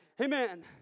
Amen